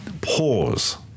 pause